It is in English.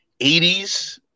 80s